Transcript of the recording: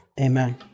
amen